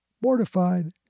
mortified